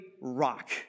rock